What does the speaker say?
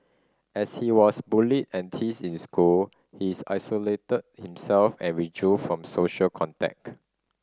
as he was bullied and teased in school he's isolated himself and withdrew from social contact